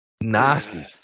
nasty